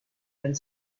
some